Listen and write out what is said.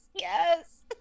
Yes